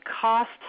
cost